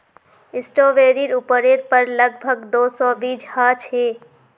स्ट्रॉबेरीर उपरेर पर लग भग दो सौ बीज ह छे